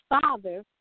father